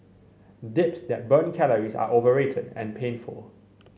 dips that burn calories are overrated and painful